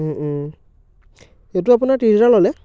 এইটো আপোনাৰ ত্ৰিছ হাজাৰ ল'লে